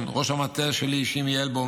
ראש המטה שלי שימי אלבום,